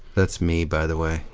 that's me, by the way.